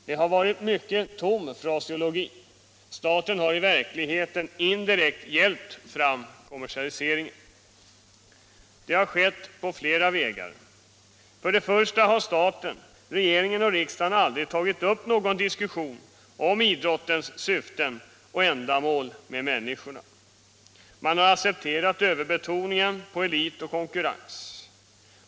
Det har varit mycken tom fraseologi. Staten har i verkligheten indirekt hjälpt fram kommersialiseringen. Det har skett på flera vägar. För det första har staten, regeringen och riksdagen, aldrig tagit upp någon diskussion om idrottens syften och ändamål med människorna. Man har accepterat överbetoningen på elit och konkurrens.